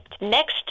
Next